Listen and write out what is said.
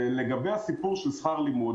לגבי הסיפור של שכר לימוד,